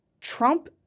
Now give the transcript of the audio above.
Trump